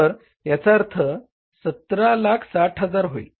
तर याचा अर्थ खर्च 1760000 होईल